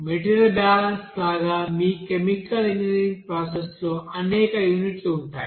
material balance లాగా మీ chemical engineering process లో అనేక యూనిట్లు ఉంటాయి